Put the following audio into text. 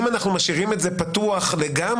אם אנחנו משאירים את זה פתוח לגמרי,